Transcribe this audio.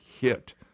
hit